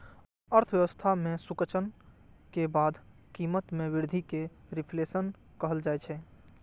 अर्थव्यवस्था मे संकुचन के बाद कीमत मे वृद्धि कें रिफ्लेशन कहल जाइ छै